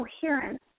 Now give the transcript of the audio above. coherence